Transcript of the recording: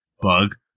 bug